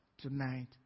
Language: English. tonight